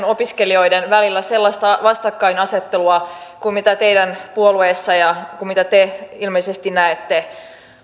opiskelijoiden välillä sellaista vastakkainasettelua kuin teidän puolueessa ja kuin te ilmeisesti näette